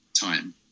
time